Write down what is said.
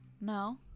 no